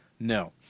No